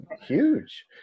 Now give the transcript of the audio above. huge